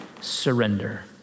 surrender